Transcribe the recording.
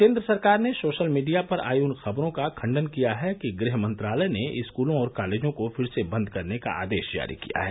केंद्र सरकार ने सोशल मीडिया पर आई उन खबरों का खण्डन किया कि है गृह मंत्रालय ने स्कूलों और कॉलेजों को फिर से बंद करने का आदेश जारी किया है